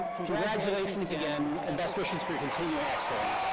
congratulations again and best wishes for continued excellence.